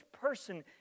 person